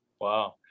Wow